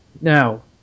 Now